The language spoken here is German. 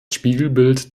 spiegelbild